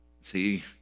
See